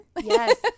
yes